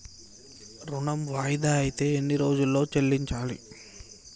ఋణం వాయిదా అత్తే ఎన్ని రోజుల్లో చెల్లించాలి?